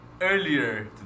Earlier